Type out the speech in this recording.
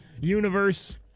universe